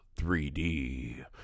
3D